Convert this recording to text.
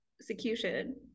execution